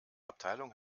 abteilung